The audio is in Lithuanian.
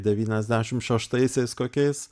devyniasdešim šeštaisiais kokiais